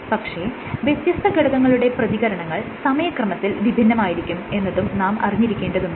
പക്ഷെ വ്യത്യസ്ത ഘടകങ്ങളുടെ പ്രതികരണങ്ങൾ സമയക്രമത്തിൽ വിഭിന്നമായിരിക്കും എന്നതും നാം അറിഞ്ഞിരിക്കേണ്ടതുണ്ട്